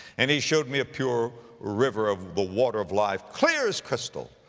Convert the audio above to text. and he showed me a pure river of the water of life, clear as crystal,